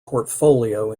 portfolio